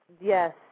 Yes